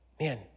man